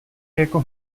jako